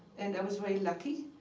and i was very lucky.